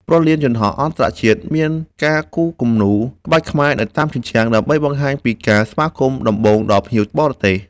ព្រលានយន្តហោះអន្តរជាតិមានការគូរគំនូរក្បាច់ខ្មែរនៅតាមជញ្ជាំង ដើម្បីបង្ហាញពីការស្វាគមន៍ដំបូងដល់ភ្ញៀវបរទេស។